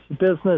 business